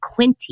Quinty